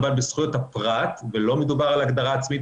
אבל בזכויות הפרט ולא מדובר על הגדרה עצמית